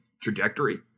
trajectory